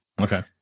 Okay